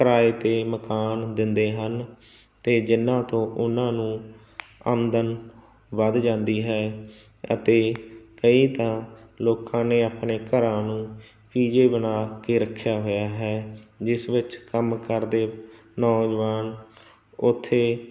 ਕਿਰਾਏ 'ਤੇ ਮਕਾਨ ਦਿੰਦੇ ਹਨ ਅਤੇ ਜਿਹਨਾਂ ਤੋਂ ਉਹਨਾਂ ਨੂੰ ਆਮਦਨ ਵੱਧ ਜਾਂਦੀ ਹੈ ਅਤੇ ਕਈ ਤਾਂ ਲੋਕਾਂ ਨੇ ਆਪਣੇ ਘਰਾਂ ਨੂੰ ਪੀ ਜੀ ਬਣਾ ਕੇ ਰੱਖਿਆ ਹੋਇਆ ਹੈ ਜਿਸ ਵਿੱਚ ਕੰਮ ਕਰਦੇ ਨੌਜਵਾਨ ਉੱਥੇ